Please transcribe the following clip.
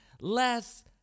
less